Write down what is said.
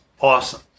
awesome